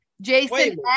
Jason